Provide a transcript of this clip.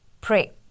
Pray